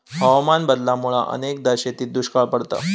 हवामान बदलामुळा अनेकदा शेतीत दुष्काळ पडता